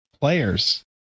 players